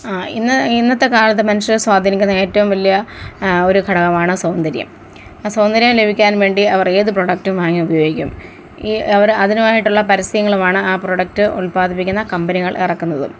ഇന്ന് ഇന്നത്തെ കാലത്ത് മനുഷ്യരെ സ്വാധീനിക്കുന്ന ഏറ്റവും വലിയ ഒരു ഘടകമാണ് സൗന്ദര്യം ആ സൗന്ദര്യം ലഭിക്കാൻ വേണ്ടി അവർ ഏത് പ്രോഡക്റ്റും വാങ്ങി ഉപയോഗിക്കും ഈ അവർ അതിനുവേണ്ടീട്ടുള്ള പരസ്യങ്ങൾ വേണം ആ പ്രോഡക്റ്റ് ഉല്പാദിപ്പിക്കുന്ന കമ്പനികൾ ഇറക്കുന്നതും